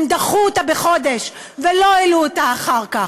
הם דחו אותה בחודש ולא העלו אותה אחר כך.